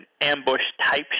ambush-type